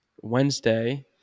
Wednesday